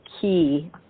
key